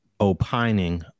opining